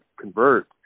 convert